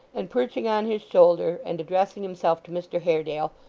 and perching on his shoulder and addressing himself to mr haredale,